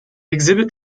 exhibit